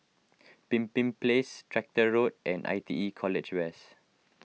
Pemimpin Place Tractor Road and I T E College West